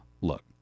look